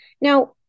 Now